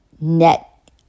net